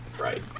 Right